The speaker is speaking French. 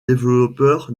développeur